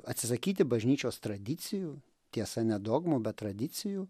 atsisakyti bažnyčios tradicijų tiesa ne dogmų bet tradicijų